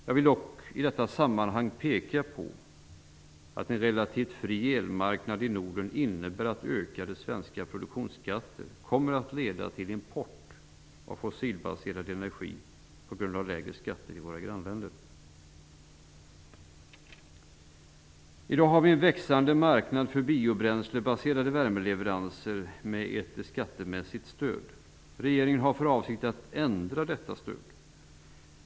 Jag vill dock i detta sammanhang peka på att en relativt fri elmarknad i Norden innebär att ökade svenska produktionsskatter kommer att leda till import av fossilbaserad energi på grund av lägre skatt i våra grannländer. I dag har vi en växande marknad för biobränslebaserade värmeleveranser med ett skattemässigt stöd. Regeringen har för avsikt att ändra detta stöd.